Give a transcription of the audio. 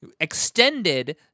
extended